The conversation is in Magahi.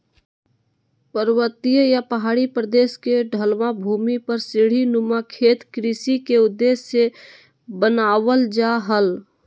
पर्वतीय या पहाड़ी प्रदेश के ढलवां भूमि पर सीढ़ी नुमा खेत कृषि के उद्देश्य से बनावल जा हल